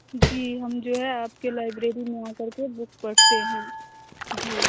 जी हम जो है आपके लाइब्रेरी में आकर के बुक पढ़ते हैं जी